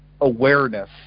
awareness